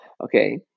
okay